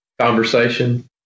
conversation